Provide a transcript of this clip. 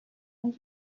and